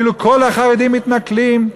כאילו כל החרדים מתנכלים.